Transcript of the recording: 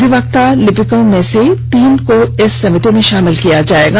अधिवक्ता लिपिकों में से तीन को इस समिति में शामिल किया जाएगा